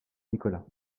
nicolás